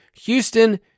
Houston